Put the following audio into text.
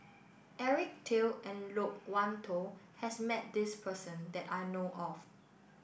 Eric Teo and Loke Wan Tho has met this person that I know of